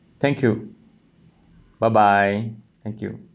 thank you bye bye thank you